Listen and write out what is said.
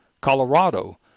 Colorado